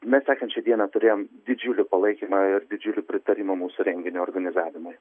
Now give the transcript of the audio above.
mes sekančią dieną turėjom didžiulį palaikymą ir didžiulį pritarimą mūsų renginio organizavimui